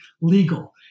legal